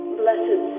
blessed